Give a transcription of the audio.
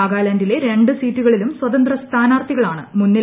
നാഗാലാൻഡിലെ രണ്ടു സീറ്റുകളിലും സ്വതന്ത്ര സ്ഥാനാർഥികളാണ് മുന്നിൽ